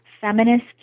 feminist